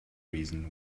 reason